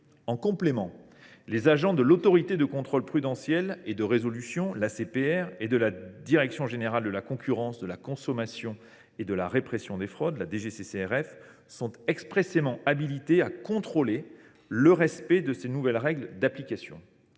En complément, les agents de l’Autorité de contrôle prudentiel et de résolution (ACPR) et de la direction générale de la concurrence, de la consommation et de la répression des fraudes (DGCCRF) sont expressément habilités à contrôler le respect de ces nouvelles règles d’application.